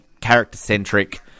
character-centric